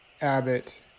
Abbott